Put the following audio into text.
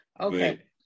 Okay